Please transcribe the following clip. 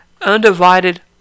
undivided